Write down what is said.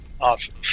awesome